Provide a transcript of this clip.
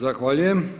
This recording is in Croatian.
Zahvaljujem.